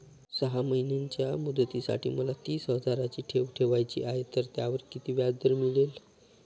सहा महिन्यांच्या मुदतीसाठी मला तीस हजाराची ठेव ठेवायची आहे, तर त्यावर किती व्याजदर मिळेल?